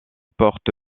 porte